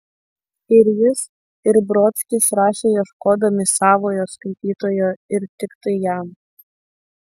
ir jis ir brodskis rašė ieškodami savojo skaitytojo ir tiktai jam